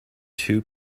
two